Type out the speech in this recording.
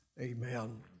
amen